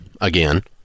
again